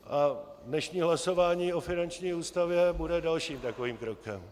A dnešní hlasování o finanční ústavě bude dalším takovým krokem.